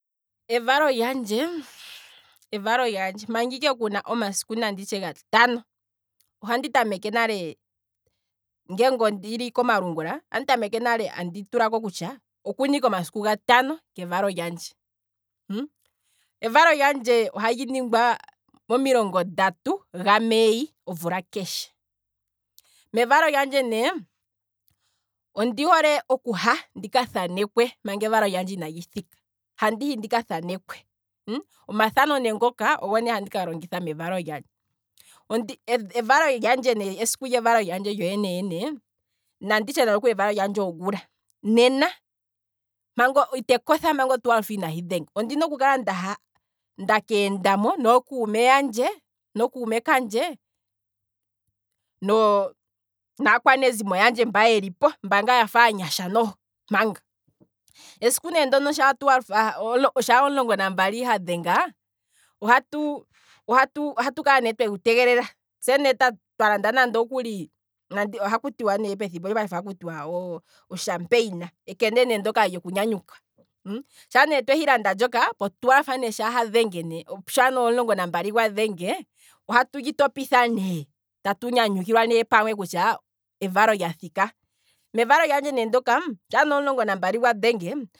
Evalo lyandje, evalo lyandje nanditye manga ike kuna omasiku geli gatano, ngeenge ondili komalungula. andi tameke nale andi tulako kutya okuna ike omasiku gatano kevalo lyandje, evalo lyandje ohali ningwa momilongo ndatu gamai omvula keshe, mevalolyandje ne ondihole okuha ndika thanekwe manga evalo lyandje inali thika handihi ndika thanekwe, omathano ne ngoka ogo ne handika longitha mevalo lyandje, ondi, evalo lyandje esiku lyevalo lyandje lyo yene yene, nanditye ne kutya esiku lyevalo lyandje ongula, nena ite kotha manga otwelve inahi dhenga, ondina oku kala nda keendamo nookume yandje, nookume kandje, no, naakwanezimo yandje mba yeli po, mba ngaa yafa aanyasha noho manga, esiku nee ndono sha otwalve, shaa omulongo nambali ha dhenge ohatu ohatu ohatu kala ne twegu tegelela, tse ne twa landa nande okuli, oha kutiwa pethimbo ndino lyopayife ohaku tiwa oshampeina, ekende nee ndoka lyoku nyanyukwa, sha ne twehi landa ndjoka, otwelve sha, shaa ne omulongo nambali gwa dhenge ohatu lyi topitha ne, tatu nyanyukilwane pamwe kutya, evalolyathika, mevalo lyandje ne ndoka, sha ne omulongo nambali gwadhenge